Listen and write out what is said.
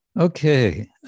Okay